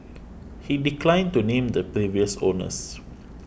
he declined to name the previous owners